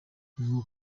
bivugwa